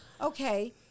okay